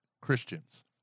Christians